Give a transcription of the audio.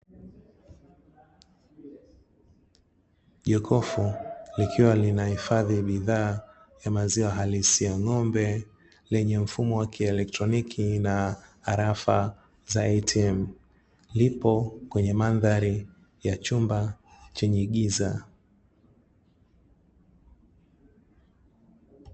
Jokofu likiwa linahifadhi bidhaa ya maziwa halisi ya ng’ombe lenye mfumo wa kielektroniki na harafa za "ATM". Lipo kwenye mandhari ya chumba chenye giza.